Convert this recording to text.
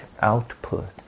output